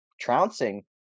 trouncing